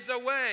away